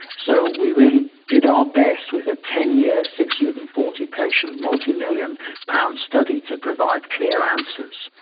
so we really did our best with a ten-year, six hundred and forty patient, multi-million pound study to provide clear answers.